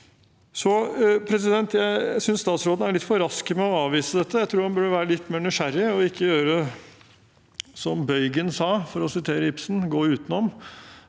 Jeg synes statsråden er litt for rask med å avvise dette. Jeg tror han burde være litt mer nysgjerrig og ikke gjøre som Bøygen sa, for å sitere Ibsen, og gå utenom